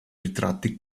ritratti